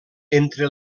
entre